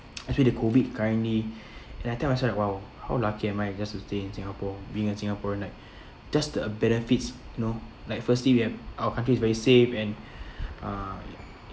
actually the COVID currently and I tell myself that !wow! how lucky am I just to stay in singapore being a singaporean like just the benefits know like firstly we have our country is very safe and uh